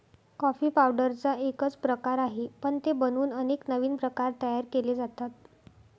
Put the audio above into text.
coffee पावडरचा एकच प्रकार आहे, पण ते बनवून अनेक नवीन प्रकार तयार केले जातात